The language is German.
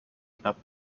knapp